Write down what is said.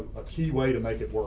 a key way to make it